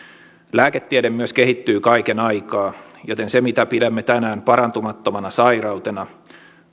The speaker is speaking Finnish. lääketiede myös kehittyy kaiken aikaa joten se mitä pidämme tänään parantumattomana sairautena